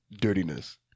dirtiness